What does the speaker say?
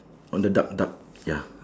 on the duck duck ya